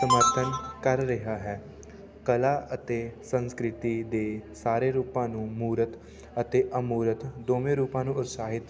ਸਮਰਥਨ ਕਰ ਰਿਹਾ ਹੈ ਕਲਾ ਅਤੇ ਸੰਸਕ੍ਰਿਤੀ ਦੇ ਸਾਰੇ ਰੂਪਾਂ ਨੂੰ ਮੂਰਤ ਅਤੇ ਅਮੂਰਤ ਦੋਵੇਂ ਰੂਪਾਂ ਨੂੰ ਉਤਸ਼ਾਹਿਤ